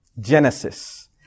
Genesis